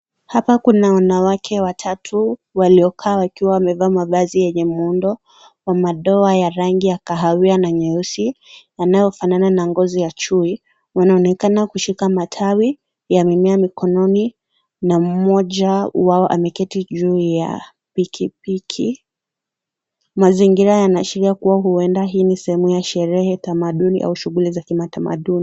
Hapa kuna wanawake watatu waliokaa wakiwa wamevaa mavazi yenye muundo wa madoa ya rangi ya kahawia na nyeusi yanayofanana na ngozi ya chui. Wanaonekana kushika matawi ya mimea mikononi na mmoja wao ameketi juu ya pikipiki. Mazingira yanaashiria huenda hii ni sehemu ya sherehe, tamaduni au shughuli za kimaduni.